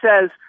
says